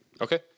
okay